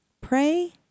pray